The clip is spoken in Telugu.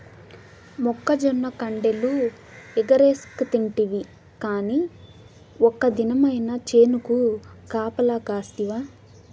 మొక్కజొన్న కండెలు ఎగరేస్కతింటివి కానీ ఒక్క దినమైన చేనుకు కాపలగాస్తివా